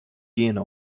geane